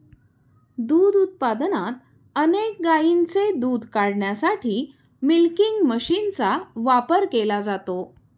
दूध उत्पादनात अनेक गायींचे दूध काढण्यासाठी मिल्किंग मशीनचा वापर केला जातो